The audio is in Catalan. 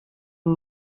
amb